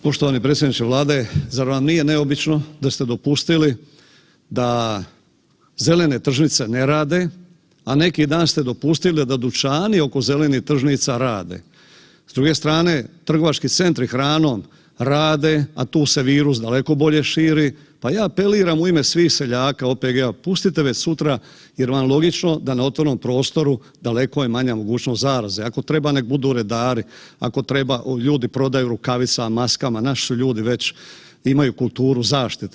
Poštovani predsjedniče Vlade zar vam nije neobično da ste dopustili da zelene tržnice ne rade, a neki dan ste dopustili da dućani oko zelenih tržnica rade, s druge strane trgovački centri hranom rade, a tu se virus daleko bolje širi, pa ja apeliram u ime svih seljaka, OPG-a, pustite već sutra jer vam logično da na otvorenom prostoru daleko je manja mogućnost zaraze, ako treba nek budu redari, ako treba ljudi prodaju u rukavicama, maskama, naši ljudi već imaju kuluturu zaštite.